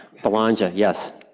belongia, yes.